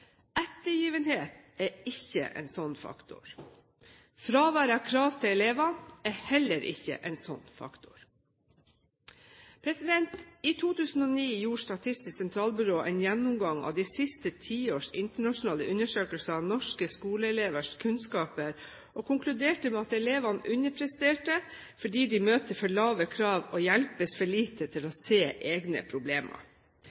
Ettergivenhet er ikke en slik faktor. Fravær av krav til elevene er heller ikke en slik faktor. I 2009 gjorde Statistisk sentralbyrå en gjennomgang av de siste tiårs internasjonale undersøkelser av norske skoleelevers kunnskaper og konkluderte med at elevene underpresterte fordi de møter for lave krav og hjelpes for lite til å